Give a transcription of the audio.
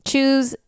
Choose